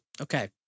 Okay